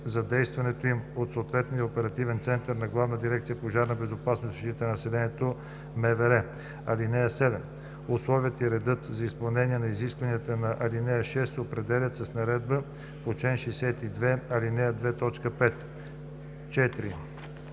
задействането им от съответния оперативен център на Главна дирекция „Пожарна безопасност и защита на населението“ – МВР. (7) Условията и редът за изпълнението на изискванията на ал. 6 се определят с наредбата по чл. 62, ал. 2, т. 5.“ 4.